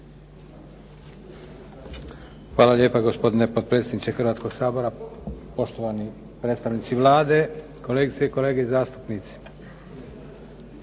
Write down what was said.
Hvala lijepa gospodine potpredsjedniče hrvatskog Sabora. Poštovani predstavnici Vlade, kolegice i kolege zastupnici.